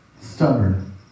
Stubborn